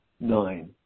Nine